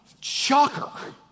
shocker